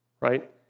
right